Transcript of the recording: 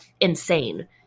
insane